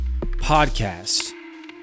podcast